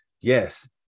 yes